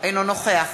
אינו נוכח